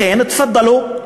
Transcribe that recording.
לכן תפאדלו,